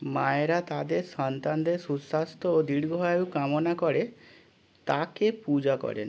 মায়েরা তাঁদের সন্তানদের সুস্বাস্থ্য ও দীর্ঘায়ু কামনা করে তাকে পূজা করেন